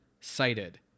cited